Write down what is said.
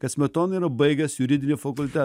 kad smetona yra baigęs juridinį fakulte